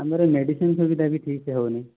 ଆମର ମେଡିସିନ ସୁବିଧା ବି ଠିକସେ ହେଉନାହିଁ